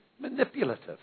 Manipulative